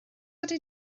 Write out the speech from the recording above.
ydy